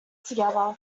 together